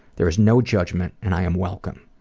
there is no judgment and i am welcome.